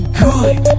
good